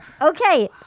Okay